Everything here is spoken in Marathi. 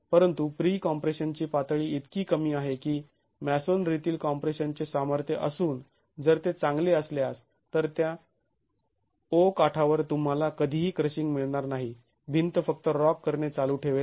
परंतु प्री कॉम्प्रेशनची पातळी इतकी कमी आहे की मॅसोनरीतील कॉम्प्रेशनचे सामर्थ्य असून जर ते चांगले असल्यास तर त्या O काठावर तुम्हाला कधीही क्रशिंग मिळणार नाही भिंत फक्त रॉक करणे चालू ठेवेल